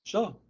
Sure